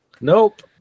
nope